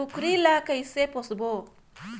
कूकरी ला कइसे पोसबो?